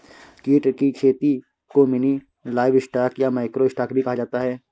कीट की खेती को मिनी लाइवस्टॉक या माइक्रो स्टॉक भी कहा जाता है